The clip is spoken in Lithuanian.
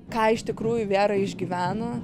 ką iš tikrųjų vėra išgyvena